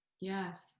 Yes